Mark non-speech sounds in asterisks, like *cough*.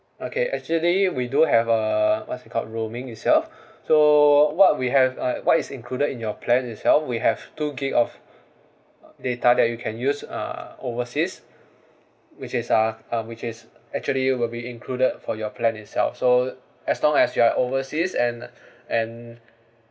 okay actually we do have uh what's you call roaming itself *breath* so what we have uh what is included in your plan itself we have two gigabytes of uh data that you can use uh overseas which is uh uh which is actually will be included for your plan itself so as long as you are overseas and and